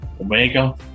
Omega